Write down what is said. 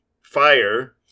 fire